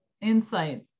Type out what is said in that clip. insights